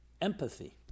empathy